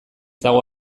dago